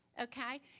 okay